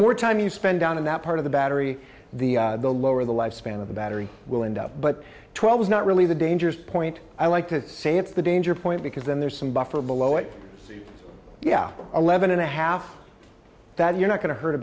more time you spend down in that part of the battery the lower the lifespan of the battery will end up but twelve is not really the dangerous point i like to say it's the danger point because then there's some buffer below it so yeah eleven and a half that you're not going to hurt a